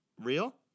Real